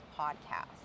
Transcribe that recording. podcast